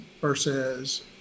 versus